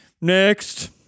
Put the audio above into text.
Next